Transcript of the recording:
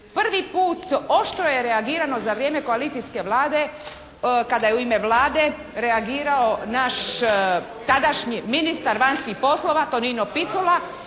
Prvi put oštro je reagirano za vrijeme koalicijske Vlade kada je u ime Vlade reagirao naš tadašnji ministar vanjskih poslova Tonino Picula,